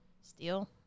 Steel